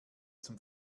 zum